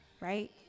Right